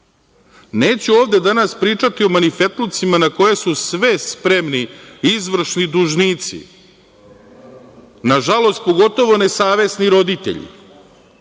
ovde danas pričati o manifetlucima na koje su sve spremni izvršni dužnici, nažalost pogotovo nesavesni roditelji,